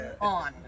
on